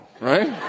right